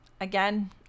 Again